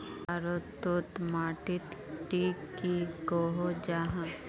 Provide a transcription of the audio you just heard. भारत तोत माटित टिक की कोहो जाहा?